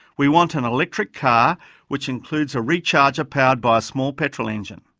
we want an electric car which includes a recharger powered by a small petrol engine.